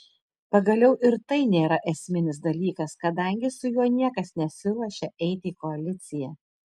pagaliau ir tai nėra esminis dalykas kadangi su juo niekas nesiruošia eiti į koaliciją